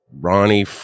Ronnie